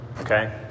Okay